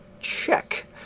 check